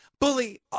Bully